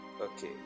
okay